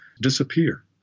disappear